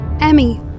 Emmy